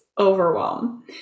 overwhelm